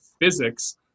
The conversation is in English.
physics